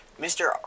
Mr